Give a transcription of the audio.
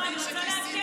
לא, אני רוצה לעדכן אותו.